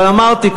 אבל אמרתי,